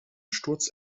sturz